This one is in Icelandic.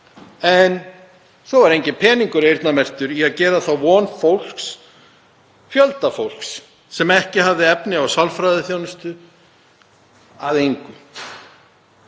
en svo var enginn peningur eyrnamerktur í að gera þá von fólks, fjölda fólks sem ekki hafði efni á sálfræðiþjónustu, að